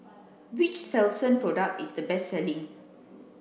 which Selsun product is the best selling